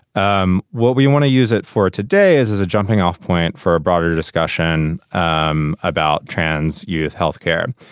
um what we want to use it for today is as a jumping off point for a broader discussion um about trans youth health care.